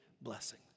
blessing